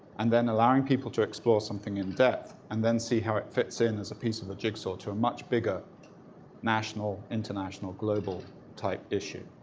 and then allowing people to explore something in depth, and then see how it fits in as a piece of a jigsaw to a much bigger national, international, global type issue,